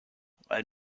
weil